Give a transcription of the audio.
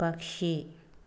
പക്ഷി